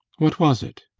what was it?